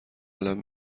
قلم